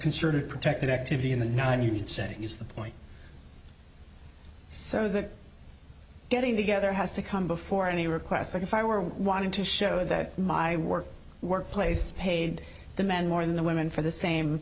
concerted protected activity in the nonunion setting is the point so that getting together has to come before any requests like if i were wanting to show that my work workplace paid the men more than the women for the same